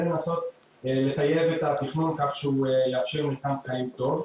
לנסות לטייב את התכנון כך שהוא יאפשר מרקם חיים טוב.